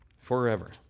Forever